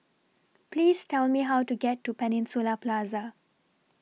Please Tell Me How to get to Peninsula Plaza